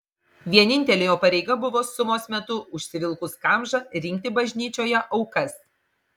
vienintelė jo pareiga buvo sumos metu užsivilkus kamžą rinkti bažnyčioje aukas